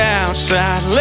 outside